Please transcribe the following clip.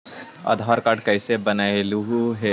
आधार card कईसे बनैलहु हे?